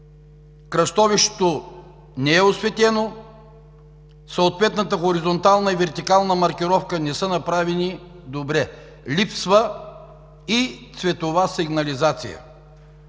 кръстовището не е осветено, съответната хоризонтална и вертикална маркировка не са направени добре, липсва и цветова сигнализация.